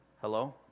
Hello